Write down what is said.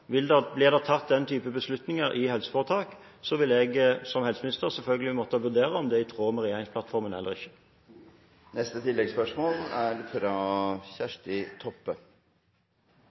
Blir det tatt den type beslutninger i helseforetak, vil jeg som helseminister selvfølgelig måtte vurdere om det er i tråd med regjeringsplattformen eller ikke.